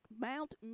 Mount